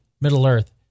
Middle-earth